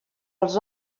els